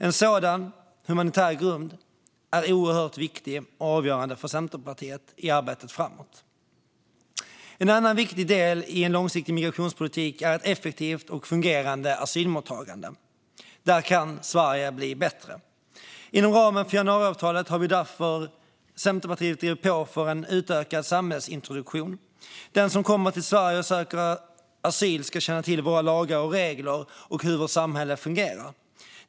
En sådan humanitär grund är oerhört viktig och avgörande för Centerpartiet i arbetet framåt. En annan viktig del i en långsiktig migrationspolitik är ett effektivt och fungerande asylmottagande. Där kan Sverige bli bättre. Inom ramen för januariavtalet har Centerpartiet därför drivit på för en utökad samhällsintroduktion. Den som kommer till Sverige och söker asyl ska känna till våra lagar och regler och hur vårt samhälle fungerar.